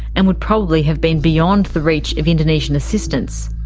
and would probably have been beyond the reach of indonesian assistance.